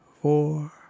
four